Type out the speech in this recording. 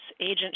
agent